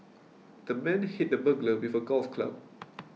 the man hit the burglar with a golf club